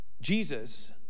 Jesus